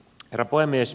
herra puhemies